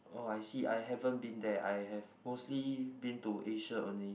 oh I see I haven't been there I have mostly been to Asia only